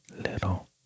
little